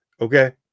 Okay